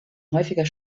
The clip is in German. häufiger